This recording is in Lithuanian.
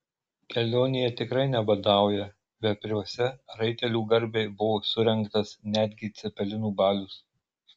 kelionėje tikrai nebadauja vepriuose raitelių garbei buvo surengtas netgi cepelinų balius